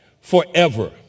forever